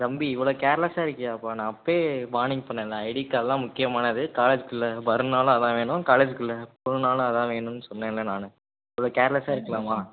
தம்பி இவ்வளோ கேர்லெஸ்ஸாக இருக்கியாப்பா நான் அப்பியே வார்னிங் பண்ணல ஐடி கார்ட்லாம் முக்கியமானது காலேஜுக்குள்ளே வருன்னாலும் அதான் வேணும் காலேஜுக்குள்ளே போகணுனாலும் அதான் வேணுன்னு சொன்னேன்ல நான் இவ்வளோ கேர்லெஸ்ஸாக இருக்கலாமா